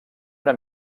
una